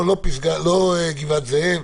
לא גבעת זאב,